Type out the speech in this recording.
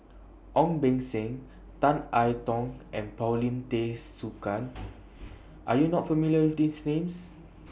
Ong Beng Seng Tan I Tong and Paulin Tay Straughan Are YOU not familiar with These Names